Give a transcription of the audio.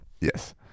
Yes